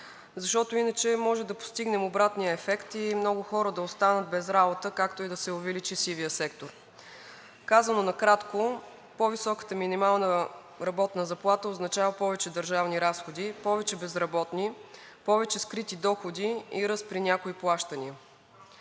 Защото иначе може да постигнем обратния ефект и много хора да останат без работа, както и да се увеличи сивият сектор. Казано накратко, по-високата минимална работна заплата означава повече държавни разходи, повече безработни, повече скрити доходи и ръст при някои плащания.